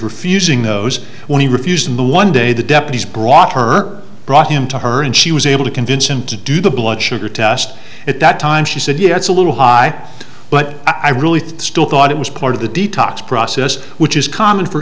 refusing those when he refused in the one day the deputies brought her brought him to her and she was able to convince him to do the blood sugar test at that time she said you know it's a little high but i really thought still thought it was part of the detox process which is common for